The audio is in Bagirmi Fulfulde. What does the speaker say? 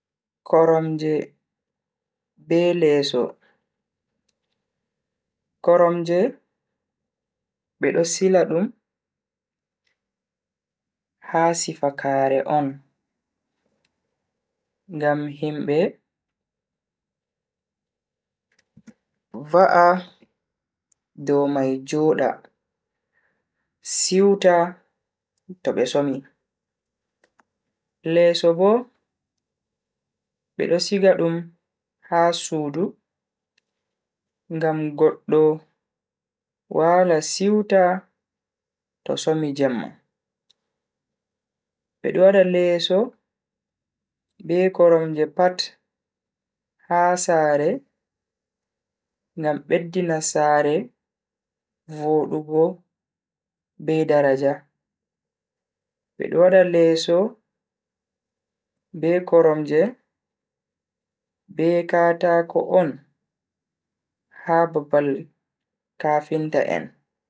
Koromje be leso. Koromje be do sila dum ha sifakaare on ngam himbe va'a dow mai joda siwta to be somi, leso bo bedo siga dum ha sudu ngam goddo wala siwta to somi jemma. Bedo wada leso be koromje pat ha sare ngam beddina sare vodugo be daraja. Bedo wada leso be koromje be kataako on ha babal kafinta en.